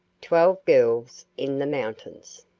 twelve girls in the mountains.